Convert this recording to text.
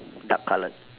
dark coloured